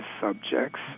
subjects